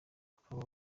bakaba